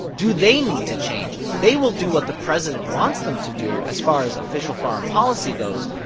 do they need to change? they will do what the president wants them to do as far as official foreign policy goes,